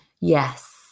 Yes